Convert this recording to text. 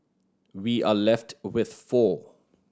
we are left with four